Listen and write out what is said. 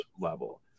level